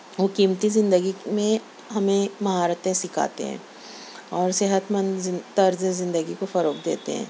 قیمتی زندگی میں ہمیں مہارتیں سکھاتے ہیں اور صحت مند طرز زندگی کو فروغ دیتے ہیں